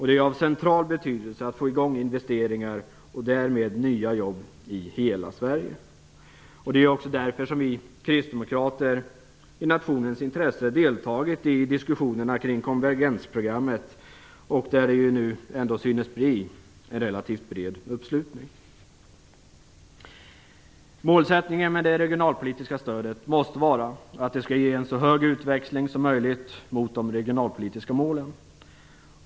Det är av central betydelse att få i gång investeringar och därmed nya jobb i hela Sverige. Det är därför vi kristdemokrater i nationens intresse har deltagit i diskussionerna kring konvergensprogrammet. Det synes nu bli en relativt bred uppslutning kring det. Målet för det regionalpolitiska stödet måste vara att det skall ge en så hög utväxling som möjligt mot de regionalpolitiska målen.